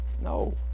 No